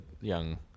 young